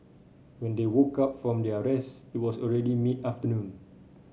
when they woke up from their rest it was already mid afternoon